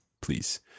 please